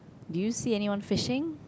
do you see anyone fishing